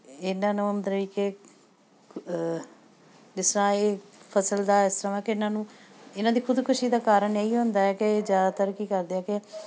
ਇਹਨਾਂ ਨੂੰ ਮਤਲਬ ਕਿ ਜਿਸ ਤਰ੍ਹਾਂ ਇਹ ਫ਼ਸਲ ਦਾ ਇਸ ਤਰ੍ਹਾਂ ਕਿ ਇਹਨਾਂ ਨੂੰ ਇਹਨਾਂ ਦੀ ਖੁਦਕੁਸ਼ੀ ਦਾ ਕਾਰਨ ਇਹੀ ਹੁੰਦਾ ਹੈ ਕਿ ਇਹ ਜ਼ਿਆਦਾਤਰ ਕੀ ਕਰਦੇ ਆ ਕਿ